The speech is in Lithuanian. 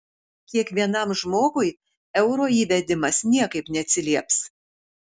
kiekvienam žmogui euro įvedimas niekaip neatsilieps